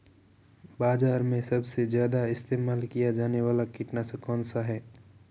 बाज़ार में सबसे ज़्यादा इस्तेमाल किया जाने वाला कीटनाशक कौनसा है?